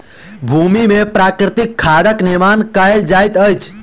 भूमि में प्राकृतिक खादक निर्माण कयल जाइत अछि